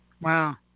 Wow